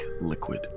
liquid